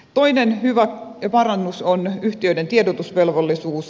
toinen hyvä parannus on yhtiöiden tiedotusvelvollisuus